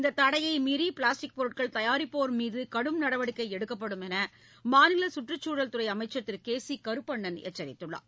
இந்த தடையை மீறி பிளாஸ்டிக் பொருட்கள் தயாரிப்போா் மீது கடும் நடவடிக்கை எடுக்கப்படும் என மாநில சுற்றுச்சூழல் துறை அமைச்சர் திரு கே சி கருப்பணன் எச்சரித்துள்ளார்